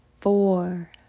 four